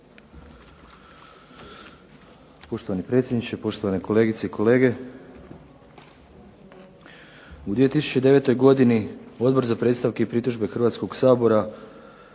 Poštovani predsjedniče, poštovane kolegice i kolege. U 2009. godini Odbor za predstavke i pritužbe Hrvatskoga sabora